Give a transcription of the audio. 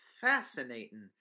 fascinating